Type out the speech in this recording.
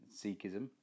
Sikhism